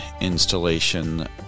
installation